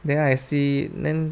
then I see then